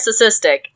narcissistic